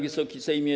Wysoki Sejmie!